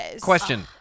Question